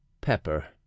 Pepper